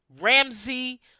Ramsey